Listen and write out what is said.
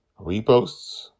reposts